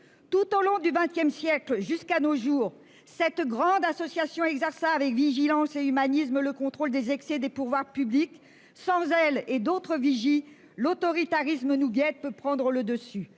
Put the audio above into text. Tout au long du XXsiècle et jusqu'à nos jours, cette grande association exerça avec vigilance et humanisme le contrôle des excès des pouvoirs publics. Sans elle et d'autres vigies, l'autoritarisme nous guette. Il peut prendre le dessus.